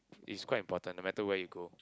it's quite important no matter where you go